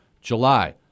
July